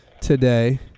today